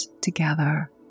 together